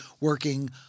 working